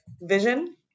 Vision